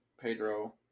Pedro